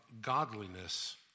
godliness